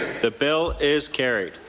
the bill is carried.